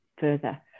further